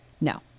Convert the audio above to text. No